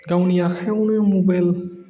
गावनि आखाइआवनो मबाइल